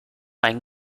einen